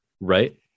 right